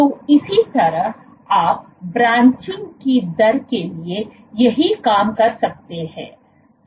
तो इसी तरह आप ब्रांचिंग की दर के लिए यही काम कर सकते हैं